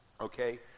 okay